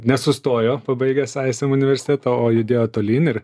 nesustojo pabaigęs ism universitetą o judėjo tolyn ir